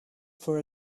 for